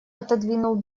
отодвинул